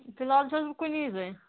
فلحال چھَس بہٕ کُنی زٔنۍ